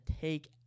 take